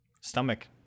Stomach